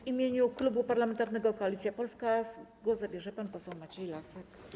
W imieniu Klubu Parlamentarnego Koalicja Polska głos zabierze pan poseł Maciej Lasek.